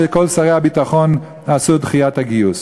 שכל שרי הביטחון עשו את דחיית הגיוס.